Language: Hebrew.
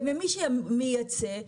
ומי שמייצא,